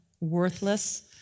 worthless